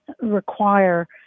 require